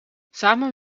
samen